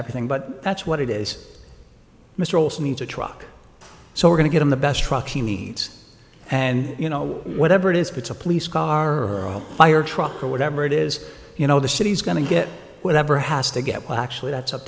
everything but that's what it is mr olsen needs a truck so we're going to get him the best truck he needs and you know whatever it is it's a police car or a fire truck or whatever it is you know the city's going to get whatever has to get well actually that's up